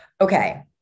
Okay